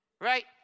Right